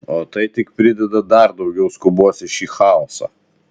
o tai tik prideda dar daugiau skubos į šį chaosą